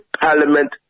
parliament